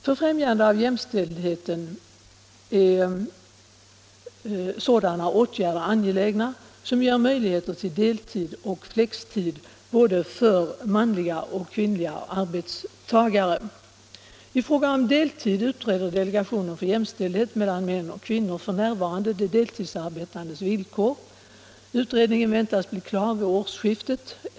För främjande av jämställdheten är sådana åtgärder angelägna som ger möjligheter till deltid och flextid för både manliga och kvinnliga arbetstagare. Delegationen för jämställdhet mellan män och kvinnor utreder f. n. de deltidsarbetandes villkor. Utredningen väntas bli klar vid årsskiftet.